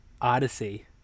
Odyssey